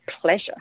pleasure